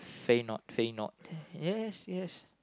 Feyenoord Feyenoord yes yes